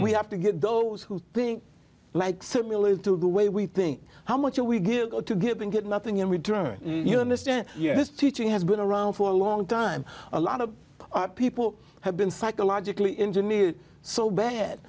we have to get those who think like similitude the way we think how much are we going to give and get nothing in return you understand this teaching has been around for a long time a lot of people have been psychologically engineer so bad